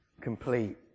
complete